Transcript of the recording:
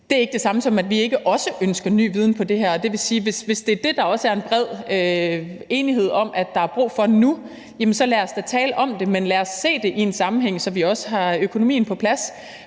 Det er ikke det samme, som at vi ikke også ønsker ny viden i forhold til det her, og det vil sige, at hvis det er det, der også er en bred enighed om at der er brug for nu, jamen så lad os da tale om det, men lad os se det i en sammenhæng, så vi også har økonomien på plads.